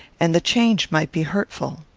and the change might be hurtful.